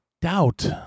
doubt